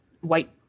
white